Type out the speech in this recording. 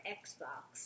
xbox